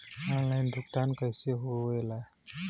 Online भुगतान कैसे होए ला?